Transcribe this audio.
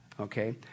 Okay